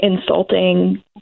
insulting